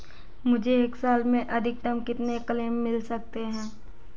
मुझे एक साल में अधिकतम कितने क्लेम मिल सकते हैं?